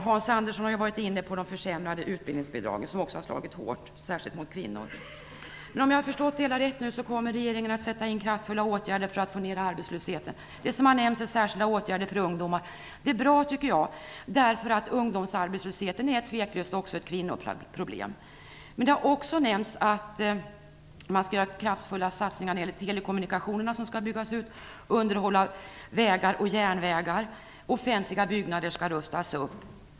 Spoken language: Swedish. Hans Andersson har talat om de försämrade utbildningsbidragen, som också har slagit hårt särskilt mot kvinnor. Om jag har förstått det hela rätt kommer regeringen nu att sätta in kraftfulla åtgärder för att få ner arbetslösheten. Det som har nämnts är särskilda åtgärder för ungdomar. Det är bra, eftersom ungdomsarbetslösheten utan tvivel också är ett kvinnoproblem. Det har också nämnts att det är aktuellt med kraftfulla satsningar på telekommunikationerna, som skall byggas ut, underhåll av vägar och järnvägar och att offentliga byggnader skall rustas upp.